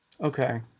Okay